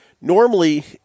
Normally